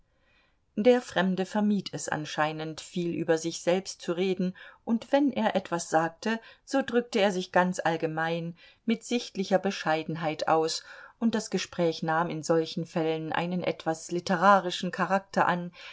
der fremde vermied es anscheinend viel über sich selbst zu reden und wenn er etwas sagte so drückte er sich ganz allgemein mit sichtlicher bescheidenheit aus und das gespräch nahm in solchen fällen einen etwas literarischen charakter an